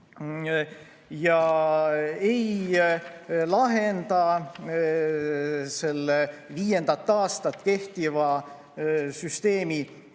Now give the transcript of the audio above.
See ei lahenda selle viiendat aastat kehtiva süsteemi